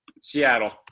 Seattle